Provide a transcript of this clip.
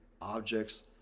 objects